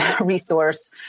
resource